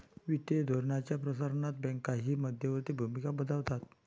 वित्तीय धोरणाच्या प्रसारणात बँकाही मध्यवर्ती भूमिका बजावतात